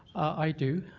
i do.